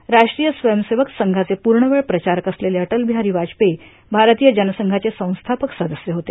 राष्ट्रीय स्वयंसेवक संघाचे पूर्णवेळ प्रचारक असलेले अटलबिहारी वाजपेयी भारतीय जनसंघाचे संस्थापक सदस्य होते